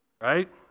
Right